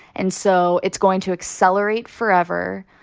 and so it's going to accelerate forever,